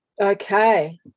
okay